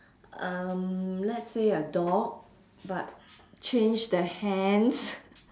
um let's say a dog but change the hands